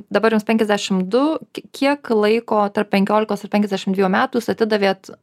dabar jums penkiasdešimt du kiek laiko tarp penkiolikos ar penkiasdešimt dvejų metų atidavėt